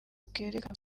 bwerekana